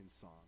song